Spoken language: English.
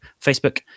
Facebook